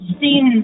seen